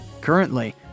Currently